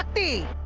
the